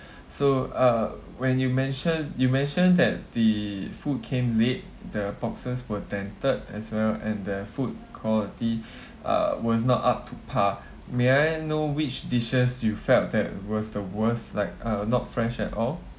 so uh when you mention you mentioned that the food came late the boxes were dented as well and the food quality uh was not up to par may I know which dishes you felt that was the worst like uh not fresh at all